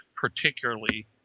particularly